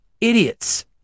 idiots